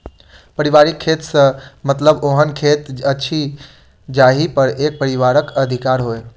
पारिवारिक खेत सॅ मतलब ओहन खेत अछि जाहि पर एक परिवारक अधिकार होय